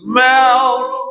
melt